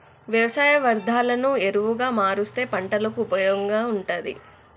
వ్యవసాయ వ్యర్ధాలను ఎరువుగా మారుస్తే పంటలకు ఉపయోగంగా ఉంటుంది